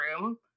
room